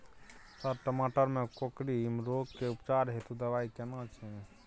Sir टमाटर में कोकरि रोग के उपचार हेतु दवाई केना छैय?